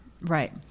Right